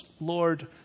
Lord